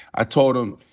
i told em,